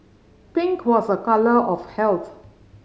pink was a colour of health